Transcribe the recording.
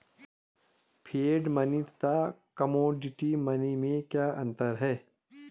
Fiat money तथा commodity money में क्या अंतर है?